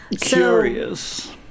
Curious